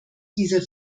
dieser